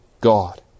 God